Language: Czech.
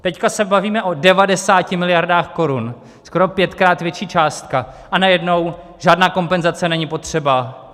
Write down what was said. Teď se bavíme o 90 miliardách korun, skoro pětkrát větší částka a najednou: žádná kompenzace není potřeba.